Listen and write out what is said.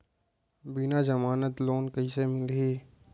बिना जमानत लोन कइसे मिलही?